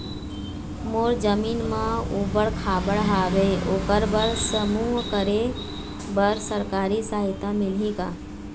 मोर जमीन म ऊबड़ खाबड़ हावे ओकर बर समूह करे बर सरकारी सहायता मिलही का?